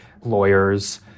lawyers